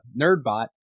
NerdBot